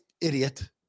idiot